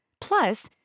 Plus